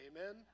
amen